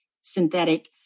synthetic